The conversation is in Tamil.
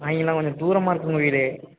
வாங்கிடலாம் கொஞ்சம் தூரமாக இருக்கு உங்க வீடு